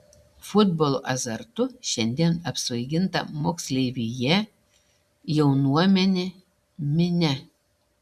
futbolo azartu šiandien apsvaiginta moksleivija jaunuomenė minia